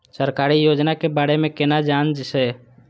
सरकारी योजना के बारे में केना जान से?